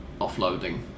offloading